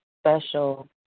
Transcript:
special